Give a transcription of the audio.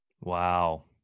Wow